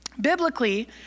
Biblically